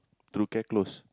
through care close